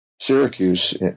Syracuse